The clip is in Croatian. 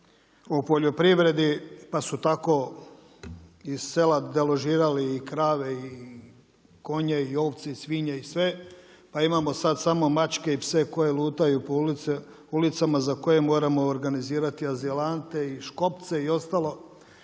o poljoprivredi, pa su tako i sela deložirali i krave i konje i ovce i svinje i sve. Pa imamo sada samo mačke i pse koji lutaju po ulicama za koje moramo organizirati azilante i škopce i ostalo,